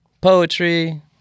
poetry